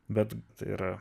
bet tai yra